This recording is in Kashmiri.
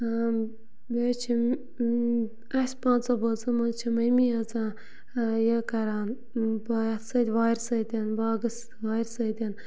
بیٚیہِ حظ چھِ اَسہِ پانٛژو بٲژو منٛز چھےٚ ممی یٲژَن یہِ کَران بہ سۭتۍ وارِ سۭتۍ باغَس وارِ سۭتۍ